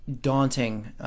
daunting